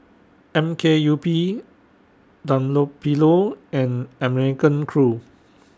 M K U P Dunlopillo and American Crew